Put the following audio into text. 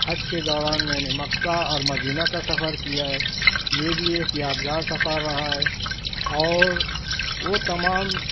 حج کے دوران میں نے مکہ اور مدینہ کا سفر کیا ہے یہ بھی ایک یادگار سفر رہا ہے اور وہ تمام